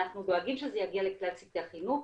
ואנחנו דואגים שזה יגיע לכלל צוותי החינוך,